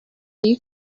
you